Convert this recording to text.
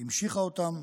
המשיכה אותם.